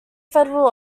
federal